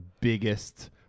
biggest